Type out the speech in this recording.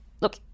look